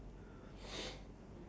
um